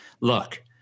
look